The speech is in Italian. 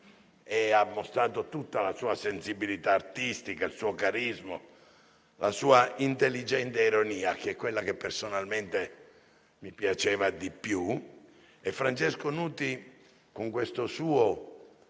e ha mostrato tutta la sua sensibilità artistica, il suo carisma, la sua intelligente ironia, che è quella che personalmente mi piaceva di più. Francesco Nuti, con questo suo